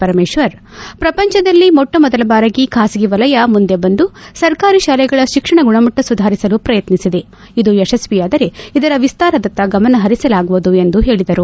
ಪರಮೇಶ್ವರ್ ಪ್ರಪಂಚದಲ್ಲೇ ಮೊಟ್ಟ ಮೊದಲ ಬಾರಿಗೆ ಖಾಸಗಿ ವಲಯ ಮುಂದೆ ಬಂದು ಸರ್ಕಾರಿ ಶಾಲೆಗಳ ತಿಕ್ಷಣ ಗುಣಮಟ್ಟ ಸುಧಾರಿಸಲು ಪ್ರಯತ್ನಿಸಿದೆ ಇದು ಯಶಸ್ವಿಯಾದರೆ ಇದರ ವಿಸ್ತಾರದತ್ತ ಗಮನಪರಿಸಲಾಗುವುದು ಎಂದು ಹೇಳಿದರು